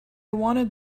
wanted